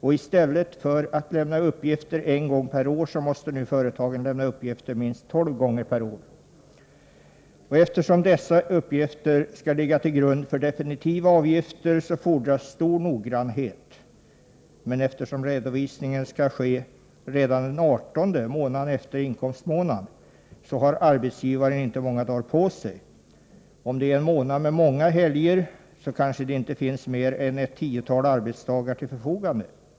I stället för att lämna uppgifter en gång per år måste företagen nu lämna uppgifter minst tolv gånger per år. Uppgiftslämnandet kräver vidare stor noggrannhet, då dessa uppgifter skall ligga till grund för definitiva avgifter. Men eftersom redovisningen skall ske redan den 18 i månaden efter inkomstmånaden, har arbetsgivaren inte många dagar på sig. Om det är en månad med många helger, kanske det inte finns mer än ett tiotal arbetsdagar till förfogande.